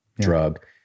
drug